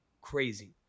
crazy